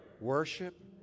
worship